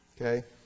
Okay